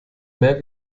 mehr